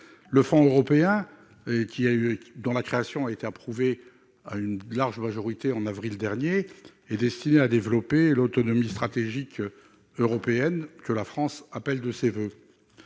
de la défense, dont la création a été approuvée à une large majorité en avril dernier, est destiné à développer l'autonomie stratégique européenne que la France appelle de ses voeux,